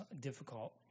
difficult